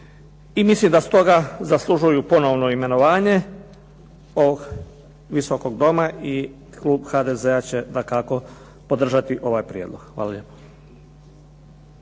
I mislim da stoga zaslužuju ponovno imenovanje ovog Visokog doma i klub HDZ-a će dakako podržati ovaj prijedlog. Hvala lijepo.